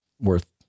worth